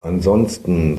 ansonsten